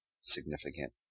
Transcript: significant